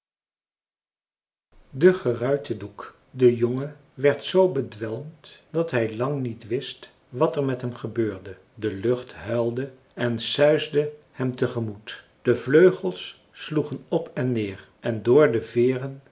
de geruite doek de jongen werd zoo bedwelmd dat hij lang niet wist wat er met hem gebeurde de lucht huilde en suisde hem te gemoet de vleugels sloegen op en neer en door de veeren